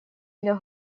для